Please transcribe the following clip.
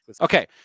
Okay